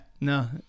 no